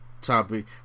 topic